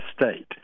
State